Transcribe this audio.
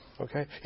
Okay